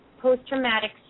post-traumatic